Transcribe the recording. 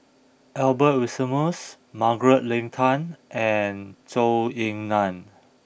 Albert Winsemius Margaret Leng Tan and Zhou Ying Nan